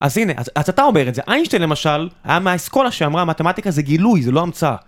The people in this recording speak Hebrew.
אז הנה, אז אתה אומר את זה, איינשטיין למשל, היה מהאסכולה שאמרה מתמטיקה זה גילוי, זה לא המצאה